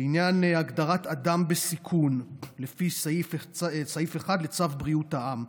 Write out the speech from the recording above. לעניין הגדרת אדם בסיכון לפי סעיף 1 לצו בריאות העם.